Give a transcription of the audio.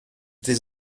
tes